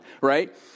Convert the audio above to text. right